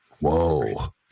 whoa